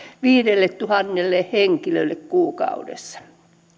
viidelletuhannelle henkilölle kuukaudessa